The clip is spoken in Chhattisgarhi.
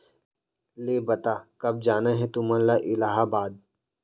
ले बता, कब जाना हे तुमन ला इलाहाबाद?